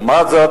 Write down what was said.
לעומת זאת,